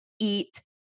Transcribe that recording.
eat